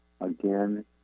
again